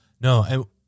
No